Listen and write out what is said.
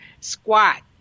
squat